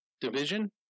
division